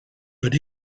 but